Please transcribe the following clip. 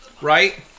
Right